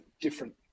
different